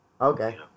Okay